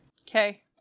Okay